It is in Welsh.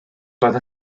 doedd